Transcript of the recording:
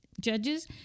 judges